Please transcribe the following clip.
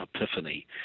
epiphany